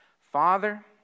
Father